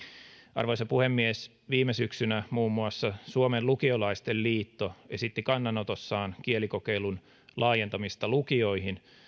arvoisa puhemies viime syksynä muun muassa suomen lukiolaisten liitto esitti kannanotossaan kielikokeilun laajentamista lukioihin